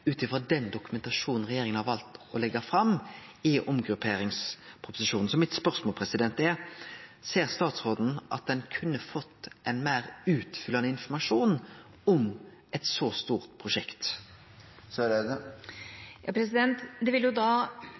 ut frå den dokumentasjonen regjeringa har valt å leggje fram i omgrupperingsposisjonen. Mitt spørsmål er: Ser statsråden at ein kunne fått ein meir utfyllande informasjon om eit så stort prosjekt? Det vil